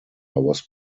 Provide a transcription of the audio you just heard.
was